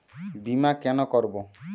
বিমা কেন করব?